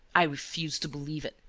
i refuse to believe it,